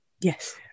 Yes